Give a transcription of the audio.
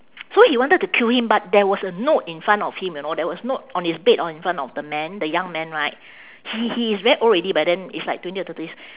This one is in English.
so he wanted to kill him but there was a note in front of him you know there was note on his bed on in front of the man the young man right he he's very old already by then it's like twenty or thirty years